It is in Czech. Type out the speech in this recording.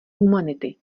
humanity